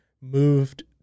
moved